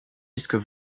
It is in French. disques